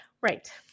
Right